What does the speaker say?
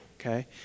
okay